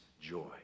joy